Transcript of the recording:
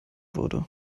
wurde